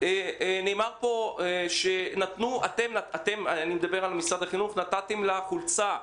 נאמר פה שאתם נתתם לילדה חולצה,